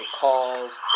calls